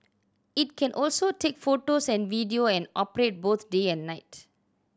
it can also take photos and video and operate both day and night